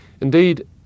Indeed